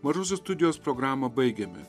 mažosios studijos programą baigiame